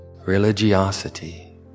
religiosity